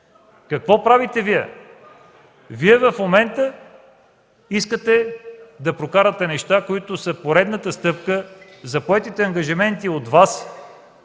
Какво правите Вие? В момента искате да прокарате неща, които са поредна стъпка за поети ангажименти от Вас